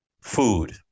Food